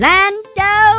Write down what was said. Lando